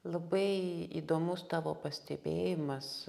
labai įdomus tavo pastebėjimas